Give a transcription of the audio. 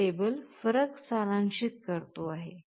हा टेबल फरक सारांशित करतो आहे